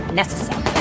necessary